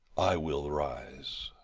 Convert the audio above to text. i will rise.